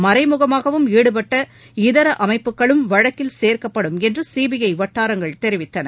மறைமுகமாகவும் ஈடுபட்ட இதர அமைப்புகளும் வழக்கில் சேர்க்கப்படும் என்று சிபிஐ வட்டாரங்கள் தெரிவித்தன